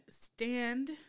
stand